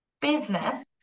business